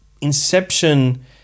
Inception